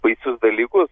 baisius dalykus